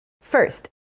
First